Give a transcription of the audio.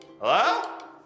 Hello